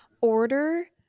Order